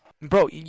Bro